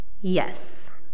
Yes